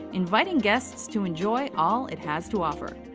inviting guests to enjoy all it has to offer.